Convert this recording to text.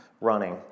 running